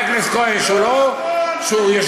לא נכון --- לא נכון.